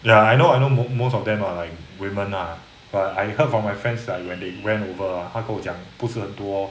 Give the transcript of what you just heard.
ya I know I know most most of them are like women lah but I heard from my friends like when they rent Uber ah 他跟我讲不是很多